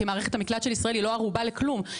כי מערכת המקלט של ישראל היא לא ערובה לכלום.